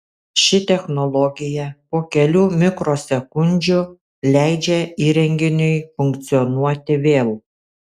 ši technologija po kelių mikrosekundžių leidžia įrenginiui funkcionuoti vėl